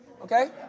Okay